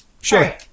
Sure